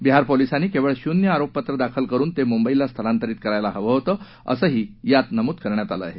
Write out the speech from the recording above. बिहार पोलिसांनी केवळ शून्य आरोपपत्र दाखल करुन ते मुंबईला स्थलांतरित करायला हवं होतं असंही यात नमूद करण्यात आलंय